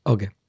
Okay